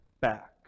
back